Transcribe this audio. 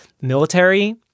military